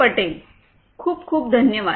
पटेल खूप खूप धन्यवाद